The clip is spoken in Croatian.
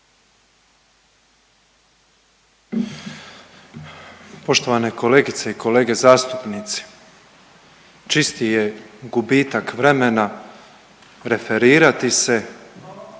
Poštovan kolegice i kolege zastupnici, čisti je gubitak vremena referirati se